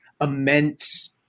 immense